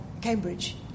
Cambridge